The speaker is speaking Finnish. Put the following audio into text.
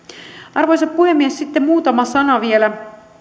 arvoisa puhemies sitten muutama sana vielä